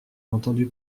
entendu